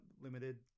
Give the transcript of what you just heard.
limited